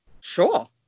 Sure